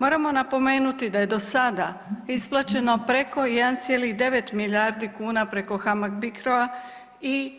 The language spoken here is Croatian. Moramo napomenuti da je do sada isplaćeno preko 1,9 milijardi kuna preko HAMAG BRICO-a i